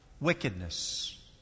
Wickedness